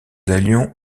allions